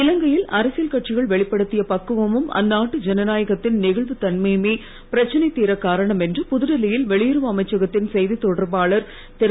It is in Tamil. இலங்கையில் அரசியல் கட்சிகள் வெளிப்படுத்திய பக்குவமும் அந்நாட்டு ஜனநாயகத்தின் நெகிழ்வுத் தன்மையுமே பிரச்சனை தீரக் காரணம் என்று புதுடில்லியில் வெளியுறவு அமைச்சகத்தின் செய்தித் தொடர்பாளர் திரு